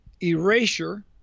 erasure